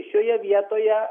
šioje vietoje